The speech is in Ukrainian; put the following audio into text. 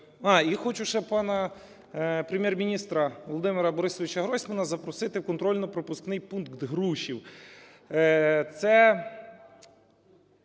От… І хочу ще пана Прем’єр-міністра Володимира Борисовича Гройсмана запросити в контрольно-пропускний пункт "Грушів".